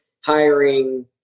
hiring